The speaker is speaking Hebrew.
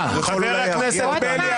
זה יכול אולי להרגיע אותנו.